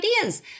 ideas